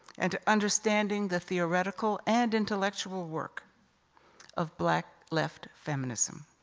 and understanding the theoretical and intellectual work of black left feminism.